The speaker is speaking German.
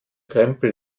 krempel